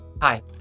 Hi